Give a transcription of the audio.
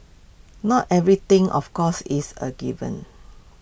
not everything of course is A given